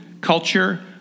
culture